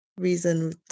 reason